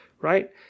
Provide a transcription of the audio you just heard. right